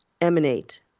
emanate